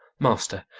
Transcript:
master,